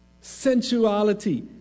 sensuality